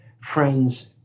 friends